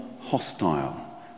hostile